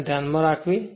તેને ધ્યાનમાં રાખવી